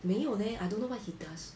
没有 leh then I don't know what he does